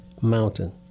mountain